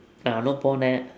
நானும் போனேன்:naanum pooneen